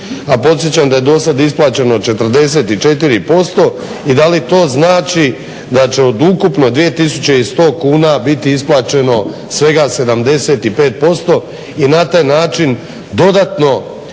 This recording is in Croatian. A podsjećam da je do sada isplaćeno 44%. I da li to znači da će od ukupno od 2100 kuna biti isplaćeno svega 75% i na taj način dodatno